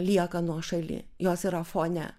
lieka nuošaly jos yra fone